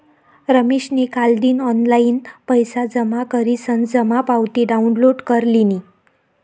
रमेशनी कालदिन ऑनलाईन पैसा जमा करीसन जमा पावती डाउनलोड कर लिनी